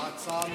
הצעה ממשלתית.